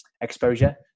exposure